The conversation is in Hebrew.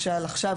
עכשיו,